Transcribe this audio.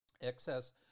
Excess